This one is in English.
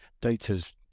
data's